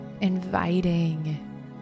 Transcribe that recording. inviting